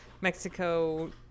Mexico